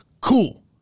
Cool